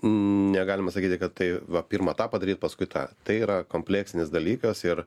negalima sakyti kad tai vat pirmą tą padaryt paskui tą tai yra kompleksinis dalykas ir